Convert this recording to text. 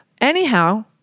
Anyhow